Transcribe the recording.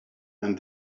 and